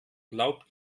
glaubt